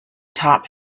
top